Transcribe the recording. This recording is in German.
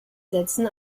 sätzen